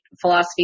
philosophy